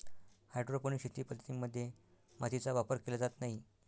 hydroponic शेती पद्धतीं मध्ये मातीचा वापर केला जात नाही